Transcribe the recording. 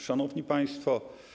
Szanowni Państwo!